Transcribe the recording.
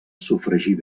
sofregir